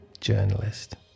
journalist